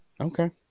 Okay